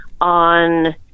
on